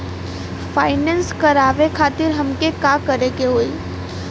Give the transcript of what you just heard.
Finance करावे खातिर हमें का करे के होई?